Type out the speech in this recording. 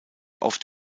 oft